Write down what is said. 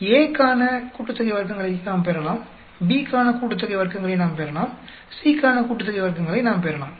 A க்கான கூட்டுத்தொகை வர்க்கங்களை நாம் பெறலாம் B க்கான கூட்டுத்தொகை வர்க்கங்களை நாம் பெறலாம் C க்கான கூட்டுத்தொகை வர்க்கங்களை நாம் பெறலாம்